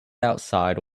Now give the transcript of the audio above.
outside